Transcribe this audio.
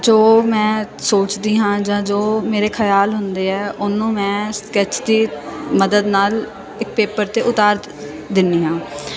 ਜੋ ਮੈਂ ਸੋਚਦੀ ਹਾਂ ਜਾਂ ਜੋ ਮੇਰੇ ਖਿਆਲ ਹੁੰਦੇ ਆ ਉਹਨੂੰ ਮੈਂ ਸਕੈਚ ਦੀ ਮਦਦ ਨਾਲ ਇੱਕ ਪੇਪਰ 'ਤੇ ਉਤਾਰ ਦਿੰਦੀ ਹਾਂ